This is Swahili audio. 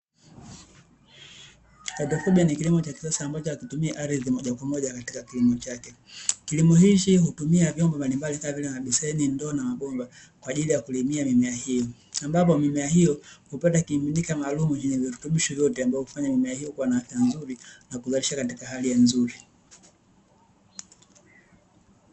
haidroponi ni kilimo cha kisasa ambacho akitumii ardhi moja kwa moja katika kilimo chake, kilimo hiki hutumia vyombo mabimbali kama vile mabeseni, ndoo na mabomba kwa ajili ya kulimia mimea hiyo; ambapo mimea hiyo hupata kimiminika maalumu chenye virutubisho vyote, ambovyo vinafanya mimea hiyo kuwa na afya nzuri kuzalisha katika hali nzuri.